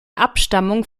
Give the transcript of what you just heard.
abstammung